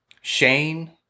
Shane